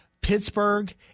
Pittsburgh